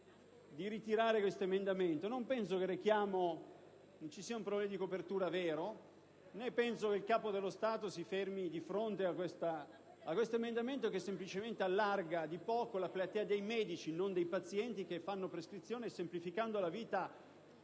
di ritirare questo emendamento. Non penso che ci sia un problema vero di copertura finanziaria né penso che il Capo dello Stato si fermi di fronte a questo emendamento, che semplicemente amplia di poco la platea dei medici, e non dei pazienti, che fanno prescrizione, semplificando la vita